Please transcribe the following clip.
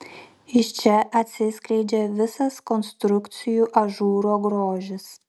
iš čia atsiskleidžia visas konstrukcijų ažūro grožis